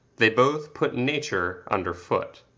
they both put nature under foot.